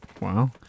Wow